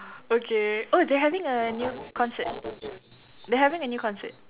okay oh they're having a new concert they're having a new concert